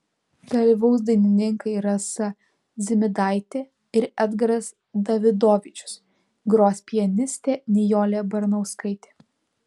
dalyvaus dainininkai rasa dzimidaitė ir edgaras davidovičius gros pianistė nijolė baranauskaitė